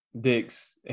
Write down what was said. dicks